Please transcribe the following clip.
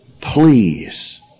please